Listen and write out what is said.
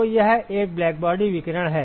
तो यह एक ब्लैकबॉडी विकिरण है